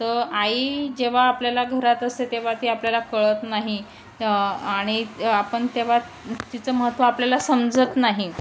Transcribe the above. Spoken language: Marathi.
तं आई जेव्हा आपल्याला घरात असते तेव्हा ती आपल्याला कळत नाही आणि आपन तेव्हा तिचं महत्त्व आपल्याला समजत नाही